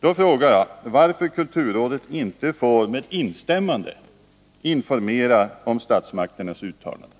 Då frågar jag, varför kulturrådet inte får med instämmande informera om statsmakternas uttalanden.